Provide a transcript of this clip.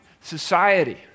society